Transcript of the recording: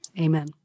Amen